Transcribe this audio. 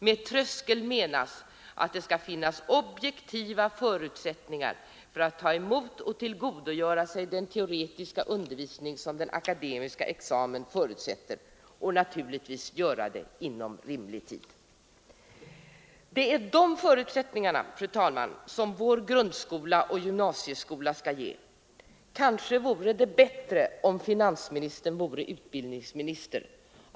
Med tröskel menas att det skall finnas objektiva förutsättningar att ta emot och tillgodogöra sig den teoretiska undervisning som den akademiska examen förutsätter och naturligtvis göra det inom rimlig tid.” Det är de förutsättningarna, fru talman, som vår grundskola och gymnasieskola skall ge. Kanske vore det bättre om finansministern vore utbildningsminister.